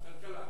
כלכלה.